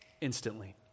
instantly